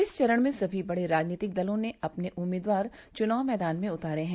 इस चरण में सभी बड़े राजनीतिक दलों ने अपने उम्मीदवार चुनाव मैंदान में उतारे हैं